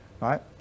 right